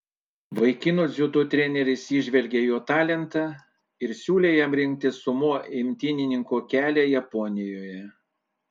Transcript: vaikino dziudo treneris įžvelgė jo talentą ir siūlė jam rinktis sumo imtynininko kelią japonijoje